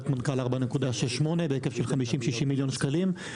מנכ"ל 4.68 בהיקף של 50-60 מיליון שקלים,